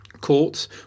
Courts